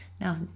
Now